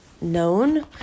known